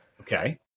Okay